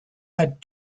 had